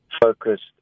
focused